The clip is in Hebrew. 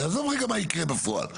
ועזוב רגע מה יקרה בפועל.